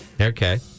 Okay